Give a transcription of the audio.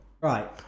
Right